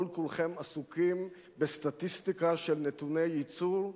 כל כולכם עסוקים בסטטיסטיקה של נתוני ייצור,